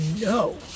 no